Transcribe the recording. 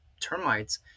termites